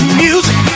music